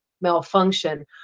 malfunction